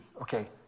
Okay